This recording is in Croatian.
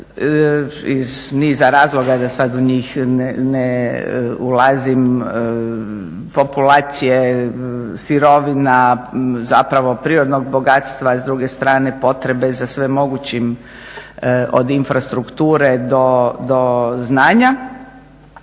niza razloga da sada u njih ne ulazim populacije sirovina zapravo prirodnog bogatstva, a s druge strane potrebe za svim mogućim od infrastrukture do znanja